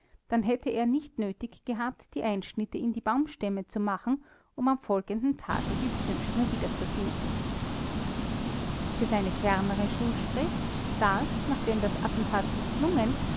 dann hätte er nicht nötig gehabt die einschnitte in die baumstämme zu machen um am folgenden tage die zündschnur wiederzufinden für seine fernere schuld spricht daß nachdem das attentat mißlungen